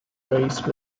race